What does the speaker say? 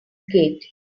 gate